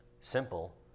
simple